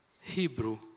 Hebrew